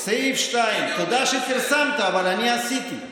תודה שפרסמת, אבל אני עשיתי.